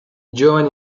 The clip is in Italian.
giovani